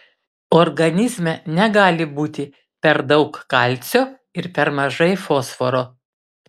organizme negali būti per daug kalcio ir per mažai fosforo